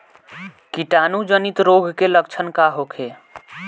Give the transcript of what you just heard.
कीटाणु जनित रोग के लक्षण का होखे?